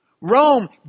Rome